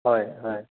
হয় হয়